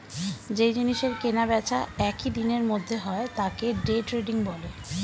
যেই জিনিসের কেনা বেচা একই দিনের মধ্যে হয় তাকে ডে ট্রেডিং বলে